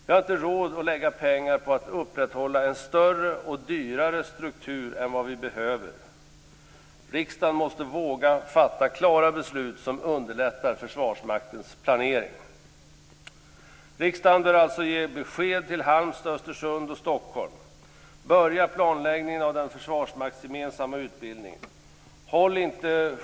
Vi har inte råd att lägga pengar på att upprätthålla en större och dyrare struktur än vad vi behöver. Riksdagen måste våga fatta klara beslut som underlättar Försvarsmaktens planering. Riksdagen bör alltså ge besked till Halmstad, Östersund och Stockholm: Börja planläggningen av den försvarsmaktsgemensamma utbildningen.